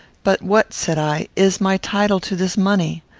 but what, said i, is my title to this money?